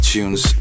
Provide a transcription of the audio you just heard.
Tunes